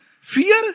Fear